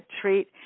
treat